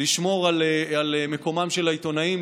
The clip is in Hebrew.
לשמור על מקומם של העיתונאים,